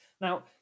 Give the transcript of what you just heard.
Now